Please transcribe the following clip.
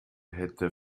hätte